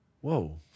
whoa